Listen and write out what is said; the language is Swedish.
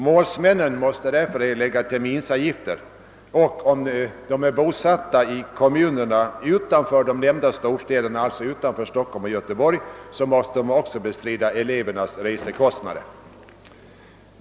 Målsmännen måste därför erlägga terminsavgifter och, om de är bosatta i kommuner utanför de nämnda storstä derna Stockholm och Göteborg, också bestrida elevernas resekostnader.